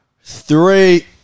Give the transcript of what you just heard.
Three